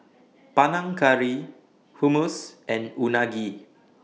Panang Curry Hummus and Unagi